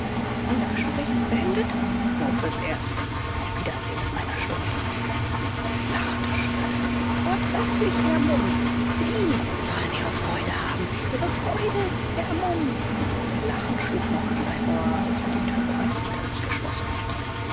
unser gespräch ist beendet nur fürs erste auf wiedersehen in einer stunde sie lachte schrill vortrefflich herr mumm sie sollen ihre freude haben ihre freude herr mumm ihr lachen schlug noch an sein ohr als er die tür bereits hinter sich geschlossen hatte